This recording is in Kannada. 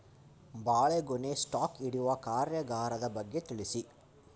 ಬಾಳೆಗೊನೆ ಸ್ಟಾಕ್ ಇಡುವ ಕಾರ್ಯಗಾರದ ಬಗ್ಗೆ ತಿಳಿಸಿ